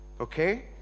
okay